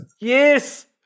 Yes